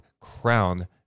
crown